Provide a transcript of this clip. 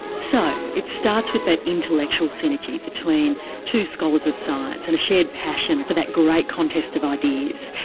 so, it starts with that intellectual synergy between two scholars of science and a shared passion for that great contest of ideas.